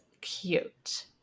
cute